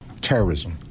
terrorism